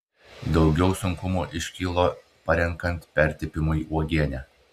daugiau sunkumų iškilo parenkant pertepimui uogienę